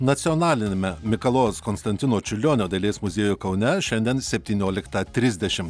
nacionaliniame mikalojaus konstantino čiurlionio dailės muziejuj kaune šiandien septynioliktą trisdešim